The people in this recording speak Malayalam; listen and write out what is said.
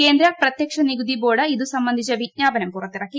കേന്ദ്ര പ്രതൃക്ഷ് നികുതി ബോർഡ് ഇത് സംബന്ധിച്ച വിജ്ഞാപനം പുറത്തിരുക്കു